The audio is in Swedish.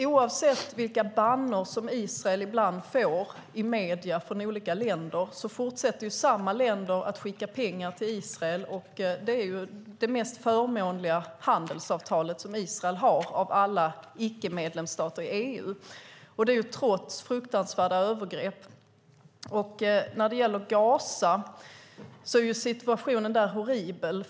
Oavsett vilka bannor Israel ibland i medierna får från olika länder fortsätter samma länder att skicka pengar till Israel - det mest förmånliga handelsavtalet som Israel av alla icke-medlemsstater i EU har, trots fruktansvärda övergrepp. Situationen i Gaza är horribel.